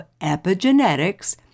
epigenetics